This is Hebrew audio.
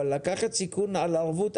אבל לקחת סיכון על ערבות.